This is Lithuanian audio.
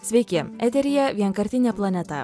sveiki eteryje vienkartinė planeta